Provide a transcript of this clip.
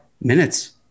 minutes